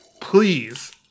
please